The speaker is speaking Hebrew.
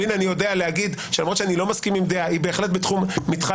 והנה אני יודע לומר שלמרות שאיני מסכים עם דעה היא בהחלט מתחם הסבירות.